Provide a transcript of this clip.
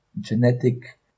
genetic